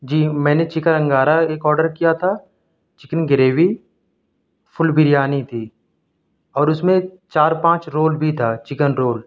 جی میں نے چکن انگارہ ایک آڈر کیا تھا چکن گریوی فل بریانی تھی اور اس میں چار پانچ رول بھی تھا چکن رول